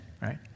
right